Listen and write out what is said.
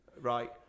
right